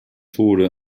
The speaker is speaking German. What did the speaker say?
tode